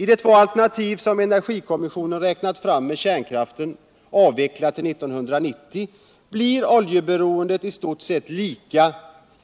I de två alternativ som energikommissionen räknat fram med kärnkraften avvecklad 1990 blir oljeberoendet i stort sett lika